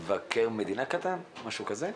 כמבקר מדינה קטן, משהו כזה?